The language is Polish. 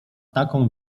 taką